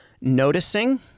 noticing